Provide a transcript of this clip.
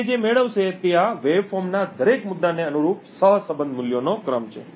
તે જે મેળવશે તે આ તરંગ ના દરેક મુદ્દાને અનુરૂપ સહસંબંધ મૂલ્યોનો ક્રમ છે